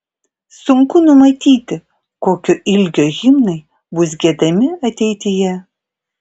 sunku numatyti kokio ilgio himnai bus giedami ateityje